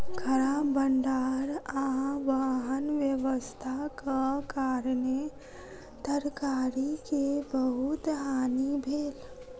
खराब भण्डार आ वाहन व्यवस्थाक कारणेँ तरकारी के बहुत हानि भेल